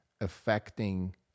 affecting